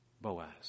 Boaz